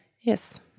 yes